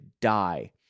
die